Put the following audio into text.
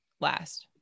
last